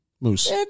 Moose